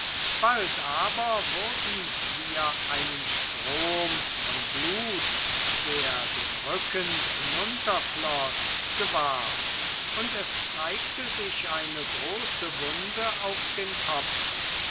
bald aber wurden wir einen strom von blut der den rücken herunterfloß gewahr und es zeigte sich eine große wunde auf dem kopfe